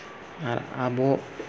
ᱟᱨ ᱟᱵᱚ